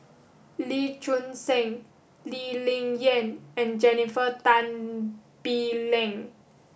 Lee Choon Seng Lee Ling Yen and Jennifer Tan Bee Leng